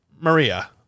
Maria